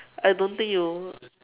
I don't think you'll